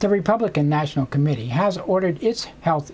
the republican national committee has ordered its health